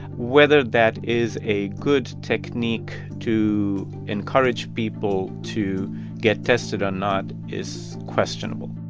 whether that is a good technique to encourage people to get tested or not is questionable